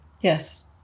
yes